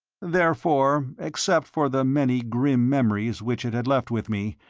therefore, except for the many grim memories which it had left with me,